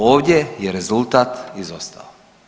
Ovdje je rezultat izostao.